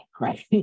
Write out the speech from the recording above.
right